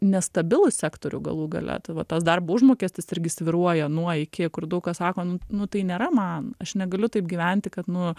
nestabilų sektorių galų gale tai va tas darbo užmokestis irgi svyruoja nuo iki kur daug kas sako nu nu tai nėra man aš negaliu taip gyventi kad nu